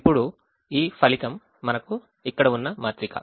ఇప్పుడు ఈ ఫలితం మనకు ఇక్కడ ఉన్న మాత్రిక